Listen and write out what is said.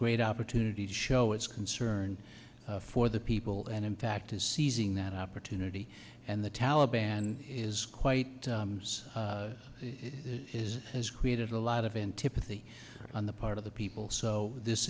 great opportunity to show its concern for the people and impact to seizing that opportunity and the taliban is quite has created a lot of antipathy on the part of the people so this